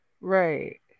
Right